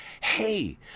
Hey